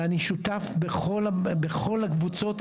ואני שותף בכל הקבוצות.